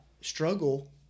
struggle